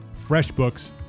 FreshBooks